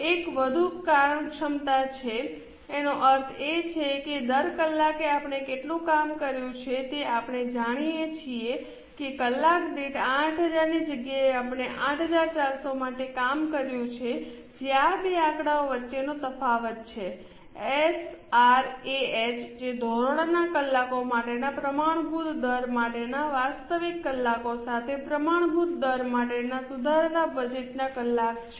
એક વધુ કારણ ક્ષમતા છે એનો અર્થ એ છે કે દર કલાકે આપણે કેટલું કામ કર્યું છે તે આપણે જાણીએ છીએ કે કલાક દીઠ 8000 ની જગ્યાએ આપણે 84૦૦ માટે કામ કર્યું છે જે આ બે આંકડા વચ્ચેનો તફાવત છે એસઆરએએચ જે ધોરણોના કલાકો માટેના પ્રમાણભૂત દર માટેના વાસ્તવિક કલાકો સાથે પ્રમાણભૂત દર માટેના સુધારેલ બજેટના કલાક છે